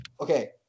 Okay